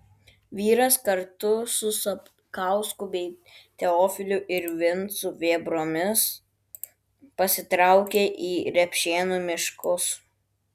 vyras kartu su sapkausku bei teofiliu ir vincu vėbromis pasitraukė į repšėnų miškus